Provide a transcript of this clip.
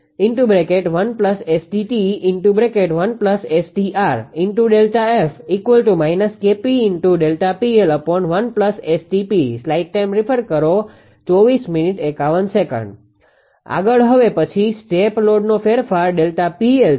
આગળ હવે પછી સ્ટેપ લોડનો ફેરફાર Δ𝑃𝐿 છે